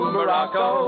Morocco